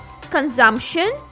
consumption